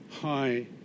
high